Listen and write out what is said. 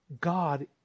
God